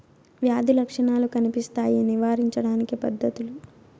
వ్యాధి లక్షణాలు కనిపిస్తాయి నివారించడానికి పద్ధతులు?